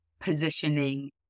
positioning